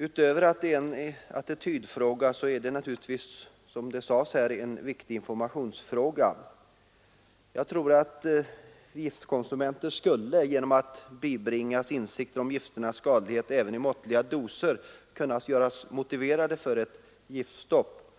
Utöver att det är en attitydfråga är det, som det har sagts här, en viktig informationsfråga. Giftkonsumenterna skulle, genom att bibringas insikt om gifternas skadlighet även i måttliga doser, kunna göras motiverade för ett giftstopp.